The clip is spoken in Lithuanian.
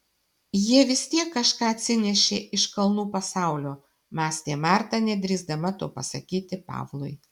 jie vis tiek kažką atsinešė iš kalnų pasaulio mąstė marta nedrįsdama to pasakyti pavlui